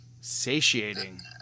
satiating